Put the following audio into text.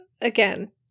again